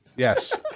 Yes